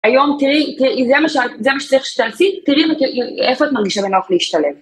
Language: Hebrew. היום תראי, זה מה שצריך שתעשי, תראי איפה את מרגישה בנוח להשתלב.